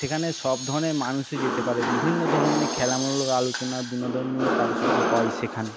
সেখানে সব ধরণের মানুষই যেতে পারে বিভিন্ন ধরণের খেলামূলক আলোচনা বিনোদনমূলক আলোচনা হয় সেখানে